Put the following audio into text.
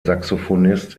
saxophonist